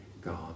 God